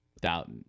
doubt